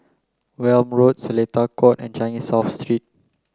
Welm Road Seletar Court and Changi South Street